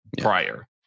prior